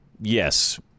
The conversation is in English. Yes